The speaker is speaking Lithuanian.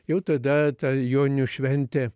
jau tada ta joninių šventė